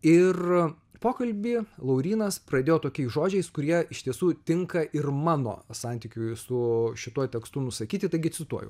ir pokalbį laurynas pradėjo tokiais žodžiais kurie iš tiesų tinka ir mano santykiui su šituo tekstu nusakyti taigi cituoju